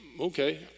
okay